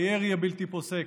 הירי הבלתי-פוסק,